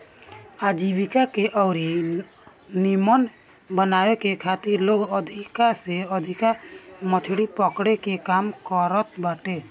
आजीविका के अउरी नीमन बनावे के खातिर लोग अधिका से अधिका मछरी पकड़े के काम करत बारे